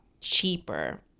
cheaper